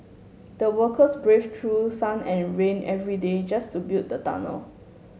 the workers braved through sun and rain every day just to build the tunnel